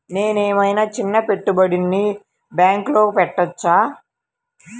నేను ఏమయినా చిన్న పెట్టుబడిని బ్యాంక్లో పెట్టచ్చా?